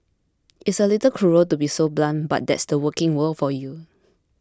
it's a little cruel to be so blunt but that's the working world for you